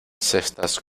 cestas